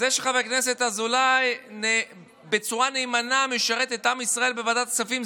זה שחבר הכנסת אזולאי משרת את עם ישראל בצורה נאמנה בוועדת כספים,